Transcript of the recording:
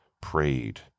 prayed